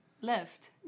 left